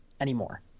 anymore